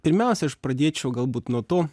pirmiausia aš pradėčiau galbūt nuo to